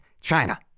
China